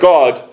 God